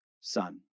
son